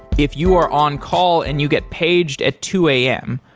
if you are on call and you get paged at two a m,